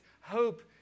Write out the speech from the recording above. hope